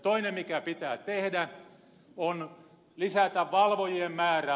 toinen mikä pitää tehdä on lisätä valvojien määrää